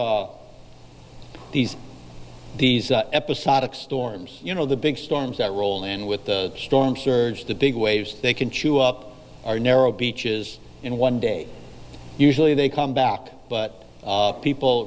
these these episodic storms you know the big storms that roll in with the storm surge the big waves they can chew up our narrow beaches in one day usually they come back but people